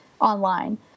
online